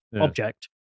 object